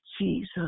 Jesus